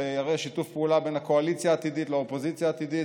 זה שיתוף פעולה בין הקואליציה העתידית לאופוזיציה העתידית,